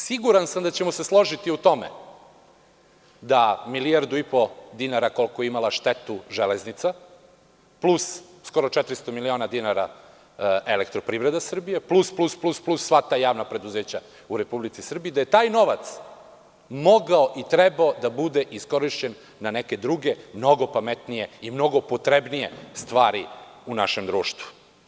Siguran sam da ćemo se složiti u tome da milijardu ipo, koliku je imala štetu „Železnica“ plus 400 miliona EPS, plus, plus, plus sva ta javna preduzeća u Republici Srbiji, da je taj novac mogao i trebao da bude iskorišćen na neke druge mnogo pametnije i mnogo potrebnije stvari u našem društvu.